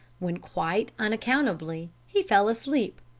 when, quite unaccountably, he fell asleep,